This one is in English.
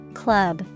club